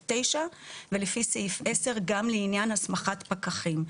9 ולפי סעיף 10 גם לעניין הסמכת פקחים.